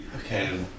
okay